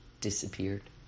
disappeared